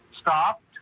stopped